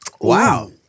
Wow